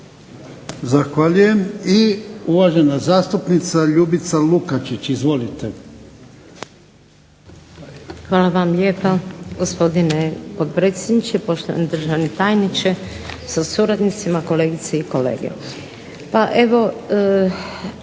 Zahvaljujem. I uvažena zastupnica Ljubica Lukačić. Izvolite. **Lukačić, Ljubica (HDZ)** Hvala vam lijepa gospodine potpredsjedniče. Poštovani državni tajniče sa suradnicima, kolegice i kolege